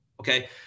okay